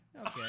Okay